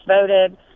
voted